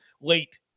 late